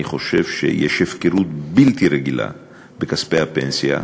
אני חושב שיש הפקרות בלתי רגילה בכספי הפנסיה,